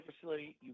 facility